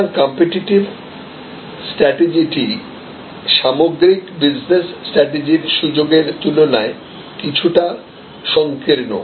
সুতরাং কম্পিটিটিভ স্ট্রাটেজিটি সামগ্রিক বিজনেস স্ট্রাটেজির সুযোগের তুলনায় কিছুটা সংকীর্ণ